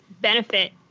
benefit